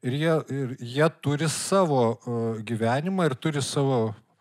ir jie ir jie turi savo gyvenimą ir turi savo